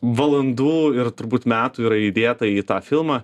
valandų ir turbūt metų yra įdėta į tą filmą